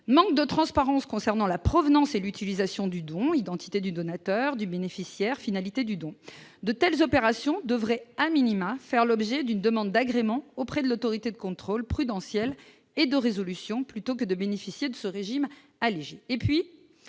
manque de transparence concernant la provenance et l'utilisation du don identité du donateur du bénéficiaire finalité du don de telles opérations devrait, a minima, faire l'objet d'une demande d'agrément auprès de l'Autorité de contrôle prudentiel et de résolution plutôt que de bénéficier de ce régime allégé et puis